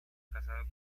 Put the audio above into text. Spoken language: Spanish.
casado